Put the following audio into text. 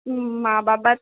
মা বাবার